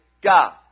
God